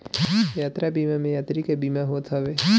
यात्रा बीमा में यात्री के बीमा होत हवे